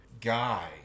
guy